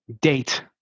date